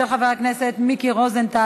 של חבר הכנסת מיקי רוזנטל.